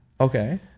Okay